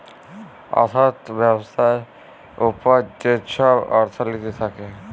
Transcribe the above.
অথ্থ ব্যবস্থার উপর যে ছব অথ্থলিতি থ্যাকে